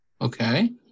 Okay